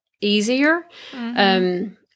easier